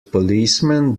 policeman